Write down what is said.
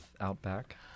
outback